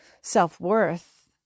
self-worth